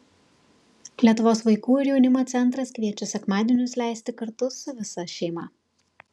lietuvos vaikų ir jaunimo centras kviečia sekmadienius leisti kartu su visa šeima